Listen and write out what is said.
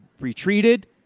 retreated